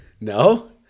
No